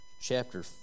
chapter